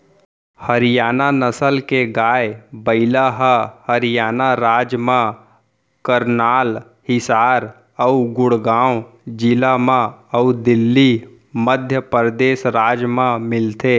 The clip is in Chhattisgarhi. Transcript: हरियाना नसल के गाय, बइला ह हरियाना राज म करनाल, हिसार अउ गुड़गॉँव जिला म अउ दिल्ली, मध्य परदेस राज म मिलथे